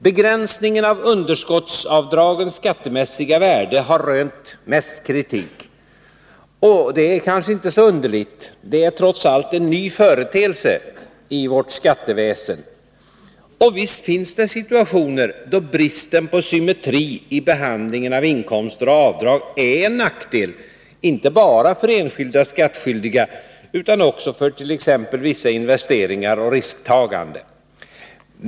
Begränsningen av underskottsavdragens skattemässiga värde har rönt mest kritik. Det är kanske inte så underligt. Trots allt är detta en ny företeelse i vårt skatteväsen. Och visst finns det situationer då bristen på symmetri i behandlingen av inkomster och avdrag är en nackdel, inte bara för enskilda skattskyldiga utan också för t.ex. investeringar och risktagande.